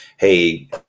Hey